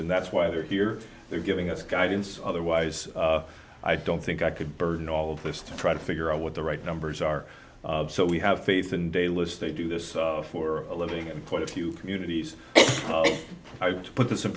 and that's why they're here they're giving us guidance otherwise i don't think i could burden all of this to try to figure out what the right numbers are so we have faith and a list they do this for a living and quite a few communities i want to put this in